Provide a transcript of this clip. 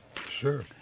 Sure